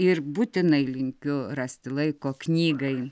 ir būtinai linkiu rasti laiko knygai